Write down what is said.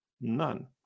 None